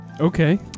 Okay